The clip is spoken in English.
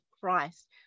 christ